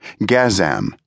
Gazam